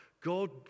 God